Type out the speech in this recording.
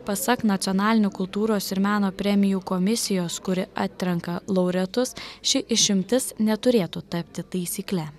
pasak nacionalinių kultūros ir meno premijų komisijos kuri atrenka laureatus ši išimtis neturėtų tapti taisykle